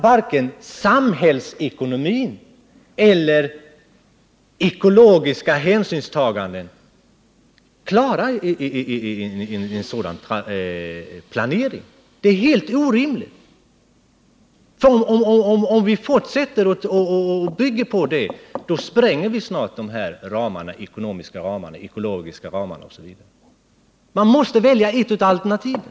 Varken samhällsekonomiska eller ekologiska hänsynstaganden blir ju tillgodosedda med en sådan planering. Det är helt orimligt. Om vi fortsätter en trafikpolitik som bygger på det resonemanget, då spränger vi både de ekonomiska och de ekologiska ramarna. Man måste välja ett av alternativen.